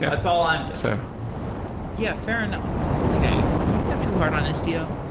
that's all i'm so yeah, fair enough. okay. you think i'm too hard on istio?